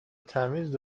تمیز